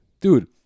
dude